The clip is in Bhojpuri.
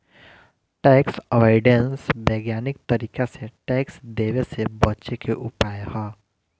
टैक्स अवॉइडेंस वैज्ञानिक तरीका से टैक्स देवे से बचे के उपाय ह